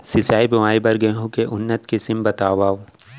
सिंचित बोआई बर गेहूँ के उन्नत किसिम बतावव?